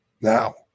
Now